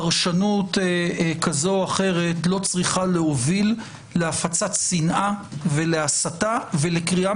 פרשנות כזו או אחרת לא צריכה להוביל להפצת שנאה ולהסתה ולקריאה